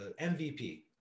MVP